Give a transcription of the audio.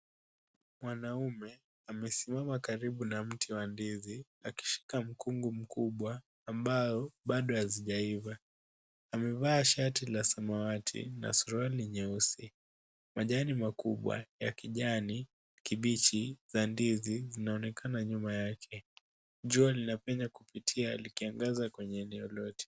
Mwanaume amesimama karibu na mti wa ndizi akishika mkungu mkubwa ambao bado hazijaiva. Amevaa shati la samawati na suruali nyeusi. Majani makubwa ya kijani kibichi za ndizi zinaonekana nyuma yake. Jua linapenya kupitia likiangaza kwenye eneo lote.